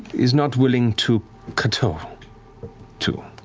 is not willing to kowtow to.